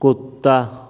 کتّا